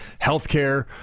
healthcare